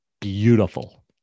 beautiful